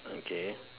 okay